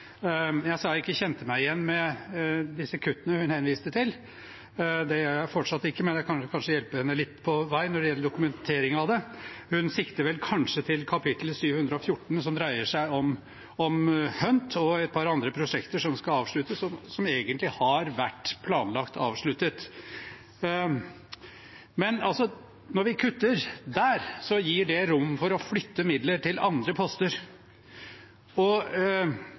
gjør jeg fortsatt ikke, men jeg kan kanskje hjelpe henne litt på vei når det gjelder dokumenteringen av det. Hun siktet kanskje til kap. 714, som dreier seg om HUNT og et par andre prosjekter som skal avsluttes, og som egentlig har vært planlagt avsluttet. Når vi kutter der, gir det rom for å flytte midler til andre poster. Det gjør vi, for hva er folkehelse? Det er bl.a. folkehelseprogrammet, som ble startet i 2017 og